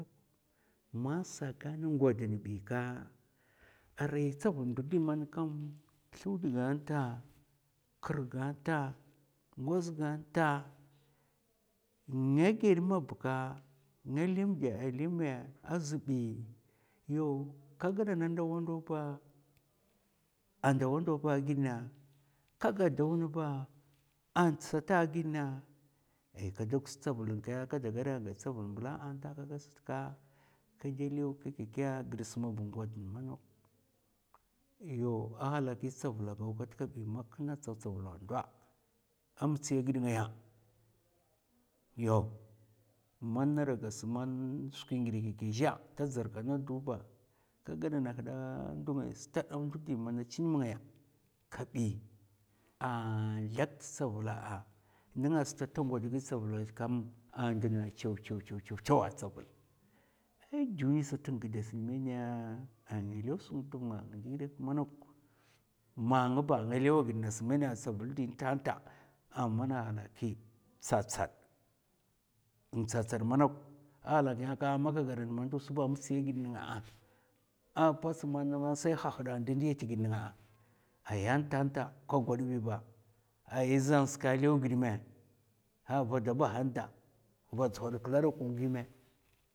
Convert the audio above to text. Man sa gan n'gwad nbi ka, arai tsavul ndu di man kam slud ganta, kirmam gan nta, ngoz gan nta nga ghèd ma bka nga lèmda lèma azi bi, yaw ka gadana ndawa ndaw ba, a ndawa ndaw ba gid na, ka gaddwa nba nt sata gid na, ay kada gus tsavuln kè, a kada gada ngèd tsavuln mblan ta aka gad sat ka, kèdè lèw kèkèkè ghid sma ba ngawd n'manok. Yaw, a halaki stavula gaw kat kabi. ma kina tsa tsavula ndo a mtsiya ghid ngaya yaw, man nara gas man skwi ngidè zhè ta dzizarka naw t'hu ba, ka gadana hda ndu ngai a mana chin m'ngaya kabi a zlèk ta tsavula a nènga sta ta gwad gid tsavula zhi kam an gadana chèw chèw chèwa tsavul. Ay dunuy sat in gdas nmèna a nga lèw sung tma a ngi'di ghid kèk manok ma ngba nga lèw gid ngas mèna tsavul di tanta a mana halaki tsatsad. in tsatsad manok, a halaki man ka gadan ma ghida ndus ba a mtsina gid nènga a pats man sai hahad an da ndiya tv nènga. aya tant'ta, ka kwad bi ba ai zan ska a lèw gid mè? Vada bahan da na dzhul kla da kun ngimè